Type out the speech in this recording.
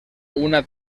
una